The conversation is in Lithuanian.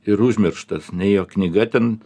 ir užmirštas nei jo knyga ten